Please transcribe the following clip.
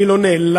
אני לא נעלב,